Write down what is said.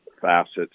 facets